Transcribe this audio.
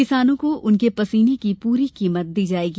किसानों को उनके पसीने की पूरी कीमत दी जायेगी